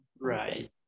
right